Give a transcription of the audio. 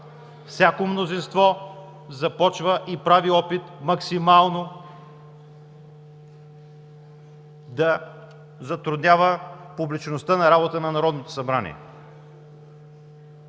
всяко мнозинство започва и прави опит максимално да затруднява публичността на работата на Народното събрание.